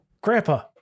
Grandpa